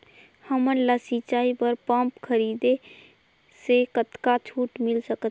हमन ला सिंचाई बर पंप खरीदे से कतका छूट मिल सकत हे?